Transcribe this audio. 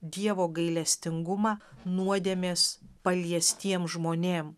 dievo gailestingumą nuodėmės paliestiem žmonėm